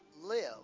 live